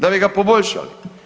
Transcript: Da bi ga poboljšali.